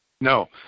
No